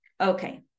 Okay